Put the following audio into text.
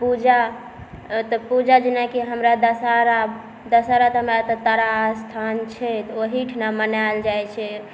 पूजा एतऽ पूजा जेनाकि हमरा दशहारा दशहरा तऽ हमरा एतऽ तारा अस्थान छै तऽ ओहिठिना मनाएल जाइ छै